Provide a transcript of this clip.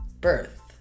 birth